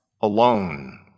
alone